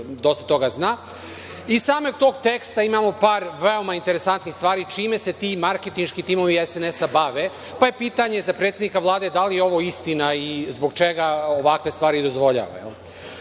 dosta toga zna. Iz samog tog teksta imamo par veoma interesantnih stvari čime se ti marketinški timovi SNS bave. Pitanje je za predsednika Vlade, da li je ovo istina i zbog čega ovakve stvari dozvoljava. Iz